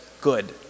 good